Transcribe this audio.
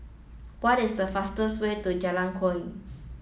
what is the fastest way to Jalan Kuak